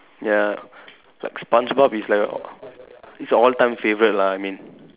ya like Spongebob is like is all time favourite lah I mean